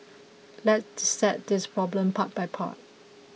let's dissect this problem part by part